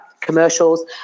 commercials